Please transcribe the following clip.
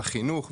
בחינוך וכו'